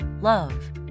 love